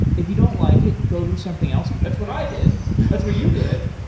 if you don't like it, go do something else. that's what i did. that's what you did.